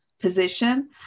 position